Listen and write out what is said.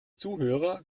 zuhörer